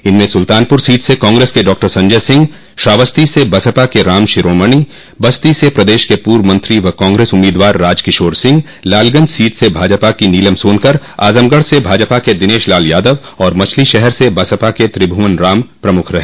इनमें सुल्तानपुर सीट से कांग्रेस के डॉ संजय सिंह श्रावस्ती से बसपा के राम शिरोमणि बस्ती से प्रदेश के पर्व मंत्री व कांग्रेस उम्मीदवार राजकिशोर सिंह लालगंज सीट से भाजपा की नीलम सोनकर आजमगढ़ से भाजपा के दिनेश लाल यादव और मछलीशहर से बसपा के त्रिभुवन राम प्रमुख रहे